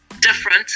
different